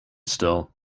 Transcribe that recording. still